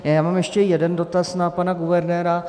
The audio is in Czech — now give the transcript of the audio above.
Já mám ještě jeden dotaz na pana guvernéra.